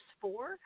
four